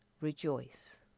Rejoice